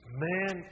man